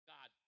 God